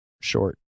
short